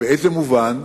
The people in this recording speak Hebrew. באיזה מובן?